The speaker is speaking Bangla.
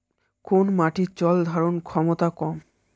কোন মাটির জল ধারণ ক্ষমতা কম?